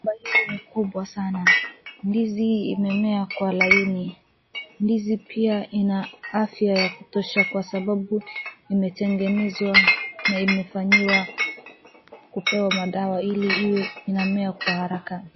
Shamba hili ni kubwa sana. Ndizi imemea kwa laini. Ndizi pia ina afya ya kutosha kwa sababu imetengenezwa na imefanyiwa kupewa madawa ili iwe inamea kwa haraka.